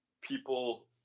people